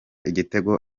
igitego